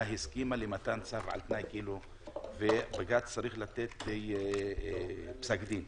הסכימה למתן צו על תנאי ובג"ץ צריך לתת פסק דין,